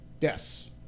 Yes